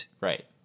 Right